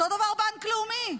אותו דבר בנק לאומי.